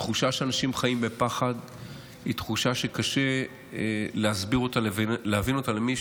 התחושה שאנשים חיים בפחד היא תחושה שקשה להסביר אותה ולהבין אותה למי,